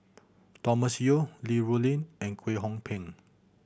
Thomas Yeo Li Rulin and Kwek Hong Png